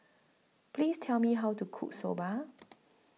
Please Tell Me How to Cook Soba